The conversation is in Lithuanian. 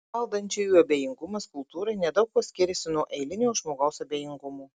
valdančiųjų abejingumas kultūrai nedaug kuo skiriasi nuo eilinio žmogaus abejingumo